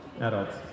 adults